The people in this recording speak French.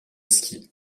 ski